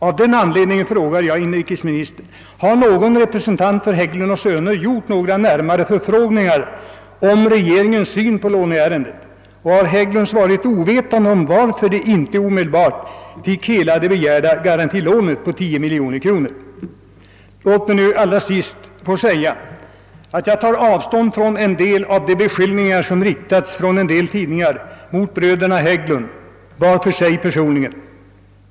Av den anledningen frågar jag inrikesministern: Har någon representant för Hägglund & Söner gjort några närmare förfrågningar om regeringens syn på låneärendet, och har Hägglunds varit ovetande om varför de inte omedelbart fick hela det begärda garantilånet på 10 miljoner kronor? Slutligen vill jag säga att jag tar avstånd från en del av de beskyllningar som några tidningar riktat mot bröderna Hägglund personligen.